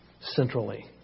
Centrally